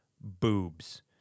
boobs